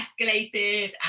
escalated